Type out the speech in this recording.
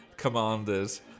Commanders